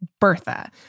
Bertha